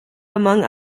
among